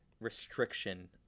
restriction